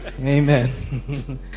Amen